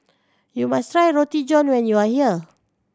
you must try Roti John when you are here